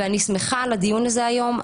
אני שמחה על הדיון הזה היום,